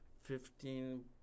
fifteen